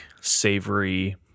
savory